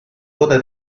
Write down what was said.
coda